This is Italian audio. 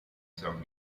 san